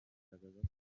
kugaragaza